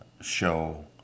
show